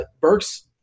Burks